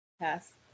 Yes